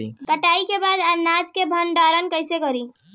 कटाई के बाद अनाज का भंडारण कईसे करीं?